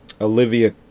Olivia